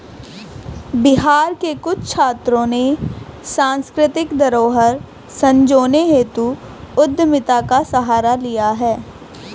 बिहार के कुछ छात्रों ने सांस्कृतिक धरोहर संजोने हेतु उद्यमिता का सहारा लिया है